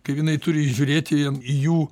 kaip jinai turi žiūrėti į jų